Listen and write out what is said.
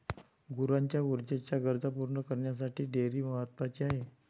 गुरांच्या ऊर्जेच्या गरजा पूर्ण करण्यासाठी डेअरी महत्वाची आहे